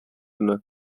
yna